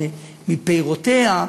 מפירותיה,